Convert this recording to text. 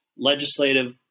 legislative